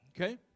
Okay